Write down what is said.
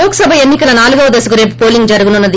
లోక్ సభ ఎన్నికల నాలుగవ దశకు రేపు పోలింగ్ జరగనున్నది